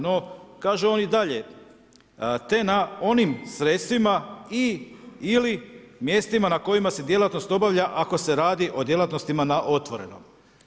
No kaže on i dalje, te na onim sredstvima i ili mjestima na kojima se djelatnost obavlja ako se radi o djelatnostima na otvorenom.